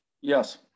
Yes